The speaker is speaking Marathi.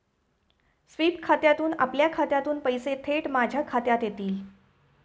स्वीप खात्यातून आपल्या खात्यातून पैसे थेट माझ्या खात्यात येतील